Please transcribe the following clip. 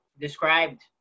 described